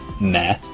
Meh